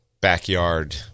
backyard